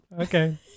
Okay